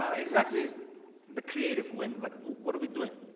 ah exactly is the creative win. like what are we doing?